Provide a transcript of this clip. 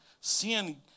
sin